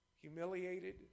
Humiliated